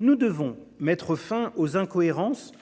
Nous devons mettre fin aux incohérences